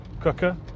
cooker